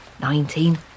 nineteen